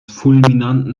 fulminanten